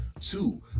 two